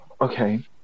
Okay